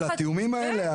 על התיאומים האלה?